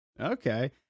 Okay